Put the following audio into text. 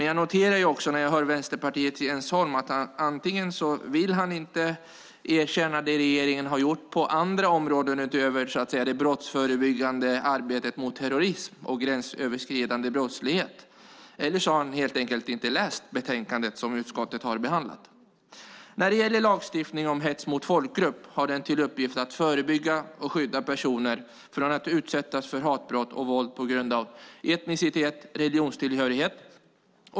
Jag noterar, när jag hör Vänsterpartiets Jens Holm, att han antingen inte vill erkänna det som regeringen har gjort på andra områden utöver det brottsförebyggande arbetet mot terrorism och gränsöverskridande brottslighet eller att han helt enkelt inte har läst betänkandet. Lagstiftning om hets mot folkgrupp har till uppgift att förebygga och skydda personer mot att utsättas för hatbrott och våld på grund av etnicitet och religionstillhörighet.